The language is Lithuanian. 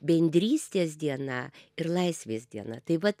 bendrystės diena ir laisvės diena tai vat